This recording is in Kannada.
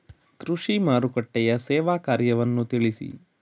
ಕೃಷಿ ಮಾರುಕಟ್ಟೆಯ ಸೇವಾ ಕಾರ್ಯವನ್ನು ತಿಳಿಸಿ?